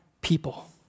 people